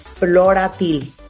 Floratil